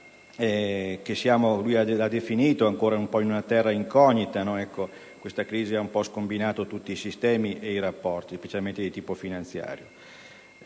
egli ha definito una terra incognita: questa crisi ha scombinato tutti i sistemi e i rapporti, specialmente di tipo finanziario.